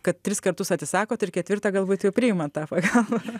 kad tris kartus atsisakot ir ketvirtą galbūt jau priimat tą pagalbą